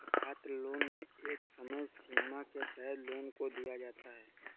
छात्रलोन में एक समय सीमा के तहत लोन को दिया जाता है